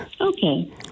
Okay